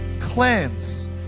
cleanse